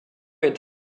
est